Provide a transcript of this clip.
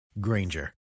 Granger